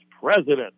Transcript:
President